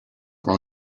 are